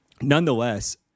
nonetheless